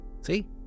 See